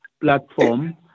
platform